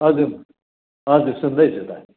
हजुर हजुर सुन्दैछु त